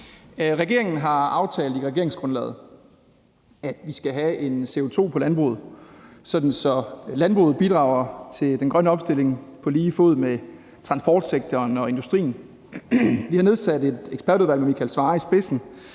Regeringen har aftalt i regeringsgrundlaget, at vi skal have en CO2-afgift på landbruget, sådan at landbruget bidrager til den grønne omstilling på lige fod med transportsektoren og industrien. Vi har nedsat et ekspertudvalg med Michael Svarer i spidsen